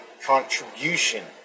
contribution